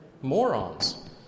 morons